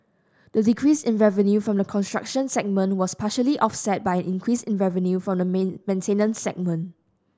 the decrease in revenue from the construction segment was partially offset by an increase in revenue from the maintenance segment